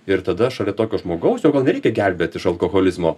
ir tada šalia tokio žmogaus jo gal nereikia gelbėt iš alkoholizmo